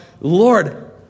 Lord